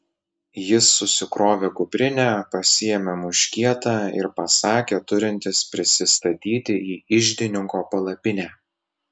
jis susikrovė kuprinę pasiėmė muškietą ir pasakė turintis prisistatyti į iždininko palapinę